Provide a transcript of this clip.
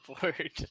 board